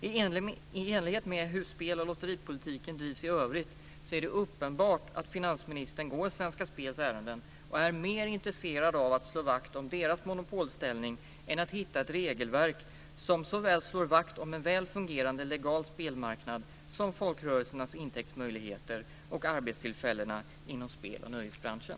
I enlighet med hur spel och lotteripolitiken drivs i övrigt är det uppenbart att finansministern går Svenska Spels ärenden och är mer intresserad av att slå vakt om dess monopolställning än att hitta ett regelverk som slår vakt om såväl en väl fungerande legal spelmarknad som folkrörelsernas intäktsmöjligheter och arbetstillfällena inom spel och nöjesbranschen.